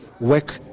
work